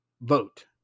vote